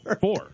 Four